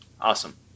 Awesome